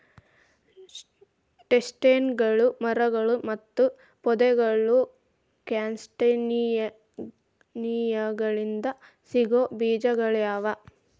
ಚೆಸ್ಟ್ನಟ್ಗಳು ಮರಗಳು ಮತ್ತು ಪೊದೆಗಳು ಕ್ಯಾಸ್ಟಾನಿಯಾಗಳಿಂದ ಸಿಗೋ ಬೇಜಗಳಗ್ಯಾವ